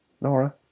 Nora